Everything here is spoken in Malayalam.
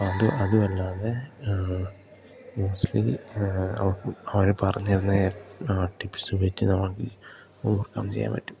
അത് അതുവല്ലാതെ മോസ്റ്റ്ലി അവർ പറഞ്ഞു തരുന്ന ടിപ്സ് ഉപയോഗിച്ച് നമുക്ക് ഓവർകം ചെയ്യാൻ പറ്റും